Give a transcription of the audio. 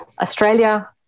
Australia